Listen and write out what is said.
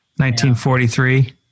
1943